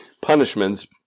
punishments